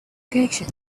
obligation